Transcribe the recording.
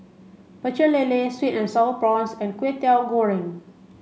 Pecel Lele sweet and sour prawns and Kwetiau Goreng